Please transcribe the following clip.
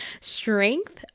Strength